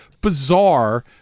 bizarre